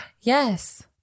Yes